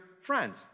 friends